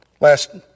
Last